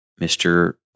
Mr